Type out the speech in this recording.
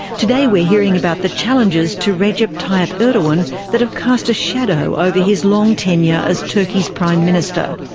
today we're hearing about the challenges to recep tayyip erdogan that have cast a shadow over his long tenure as turkey's prime minister.